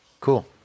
Cool